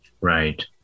Right